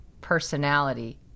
personality